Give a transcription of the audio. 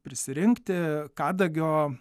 prisirinkti kadagio